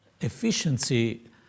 efficiency